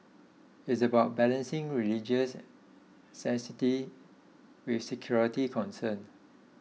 it's about balancing religious sanctity with security concerns